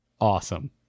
Awesome